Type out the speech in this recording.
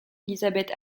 elizabeth